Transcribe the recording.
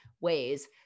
ways